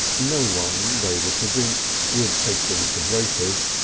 no one, they were convinced, would take them for drapers,